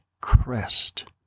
crest